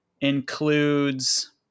includes